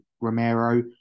Romero